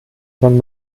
san